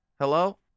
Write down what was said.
Hello